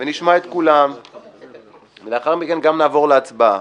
ונשמע את כולם ולאחר מכן נעבור להצבעה